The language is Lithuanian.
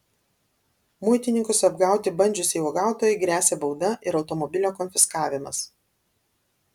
muitininkus apgauti bandžiusiai uogautojai gresia bauda ir automobilio konfiskavimas